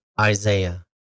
Isaiah